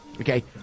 Okay